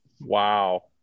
Wow